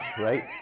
right